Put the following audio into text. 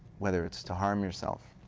whether it's to harm yourself,